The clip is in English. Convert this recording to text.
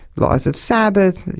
laws of sabbath,